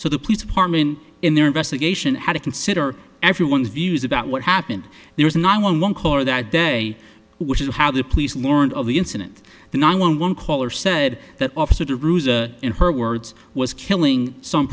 so the police department in their investigation how to consider everyone's views about what happened there was not one one core that day which is how the police lorand of the incident the nine one one caller said that officer ruse in her words was killing some